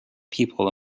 people